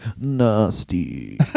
nasty